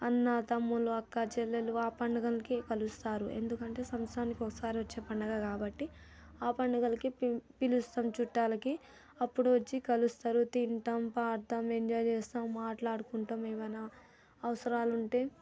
అన్నాతమ్ములు అక్కాచెల్లెలు ఆ పండుగలకి కలుస్తారు ఎందుకంటే సంత్సరానికి ఒకసారి వచ్చే పండుగ కాబట్టి ఆ పండుగలకి పిలుస్తాం చుట్టాలకి అప్పుడు వచ్చి కలుస్తారు తింటాం పాడతాం ఎంజాయ్ చేస్తాం మాట్లాడుకుంటాం ఏమన్నా అవసరాలు ఉంటే